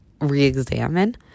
re-examine